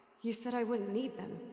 you said i wouldn't need them.